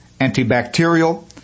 antibacterial